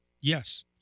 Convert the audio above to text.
Yes